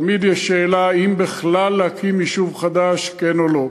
תמיד יש שאלה אם בכלל להקים יישוב חדש, כן או לא?